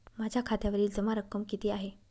माझ्या खात्यावरील जमा रक्कम किती आहे?